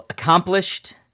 Accomplished